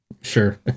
Sure